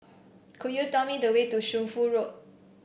could you tell me the way to Shunfu Road